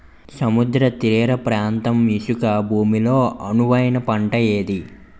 సముద్ర తీర ప్రాంత ఇసుక భూమి లో అనువైన పంట ఏది?